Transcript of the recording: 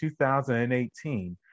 2018